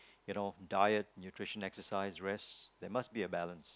you know diet nutrition exercise rest there must be a balance